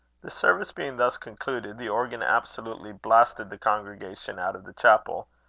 the service being thus concluded, the organ absolutely blasted the congregation out of the chapel,